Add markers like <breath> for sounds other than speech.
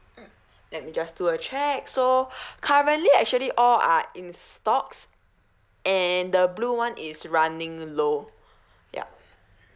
mm let me just do a check so <breath> currently actually all are in stocks and the blue one is running low ya